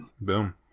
Boom